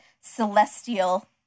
celestial